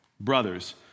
brothers